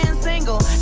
single.